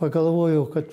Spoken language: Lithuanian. pagalvojau kad